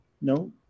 No